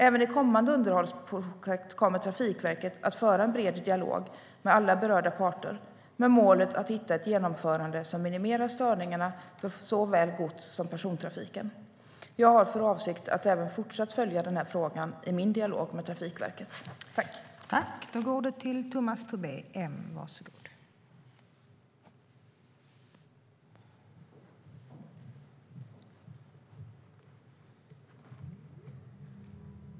Även i kommande underhållsprojekt kommer Trafikverket att föra en bred dialog med alla berörda parter med målet att hitta ett genomförande som minimerar störningarna för såväl gods som persontrafiken. Jag har för avsikt att fortsätta följa frågan i min dialog med Trafikverket.